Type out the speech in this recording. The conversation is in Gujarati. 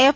એફ